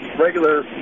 regular